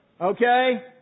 Okay